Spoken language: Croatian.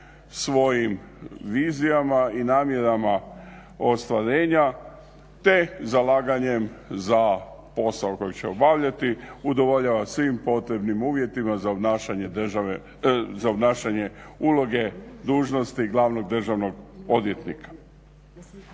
svojim vizijama i namjerama ostvarenja te zalaganjem za posao koji će obavljati udovoljava svim potrebnim uvjetima za obnašanje uloge dužnosti glavnog državnog odvjetnika.